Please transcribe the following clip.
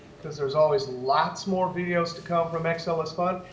because there is always lots more videos to come from excel that's fun.